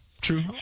true